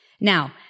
Now